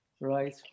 Right